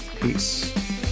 Peace